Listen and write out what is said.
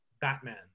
Batman